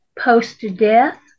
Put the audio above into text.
post-death